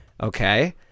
okay